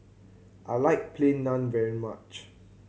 I like Plain Naan very much